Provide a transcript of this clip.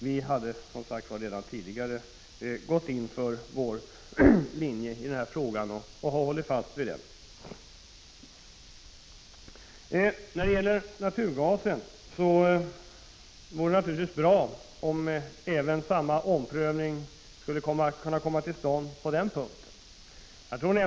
Vi hade redan tidigare gått in för vår linje i den här frågan, och vi har hållit fast vid den. Det vore naturligtvis bra om samma omprövning skulle kunna komma till stånd när det gäller naturgasen.